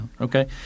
Okay